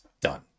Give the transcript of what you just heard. Done